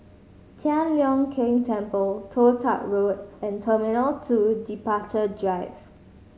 Tian Leong Keng Temple Toh Tuck Road and Terminal Two Departure Drive